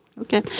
Okay